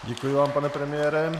Děkuji vám, pane premiére.